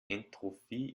entropie